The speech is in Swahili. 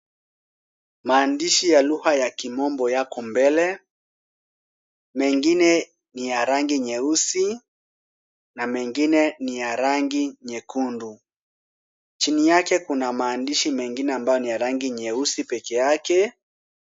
Maandishi ya lugha ya kimombo yako mbele. Mengine ni ya rangi nyeusi, na mengine ni ya rangi nyekundu. Chini yake kuna maandishi mengine ambayo ni ya rangi nyeusi peke yake.